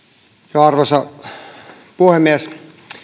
arvoisa puhemies